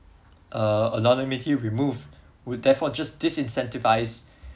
uh anonymity removed would therefore just disincentivise